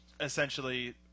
essentially